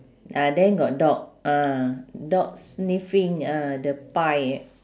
ah then got dog ah dog sniffing ah the pie